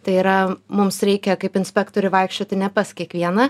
tai yra mums reikia kaip inspektoriui vaikščioti ne pas kiekvieną